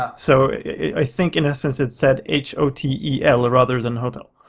ah so i think in essence it said h o t e l rather than hotel.